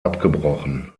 abgebrochen